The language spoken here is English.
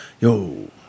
Yo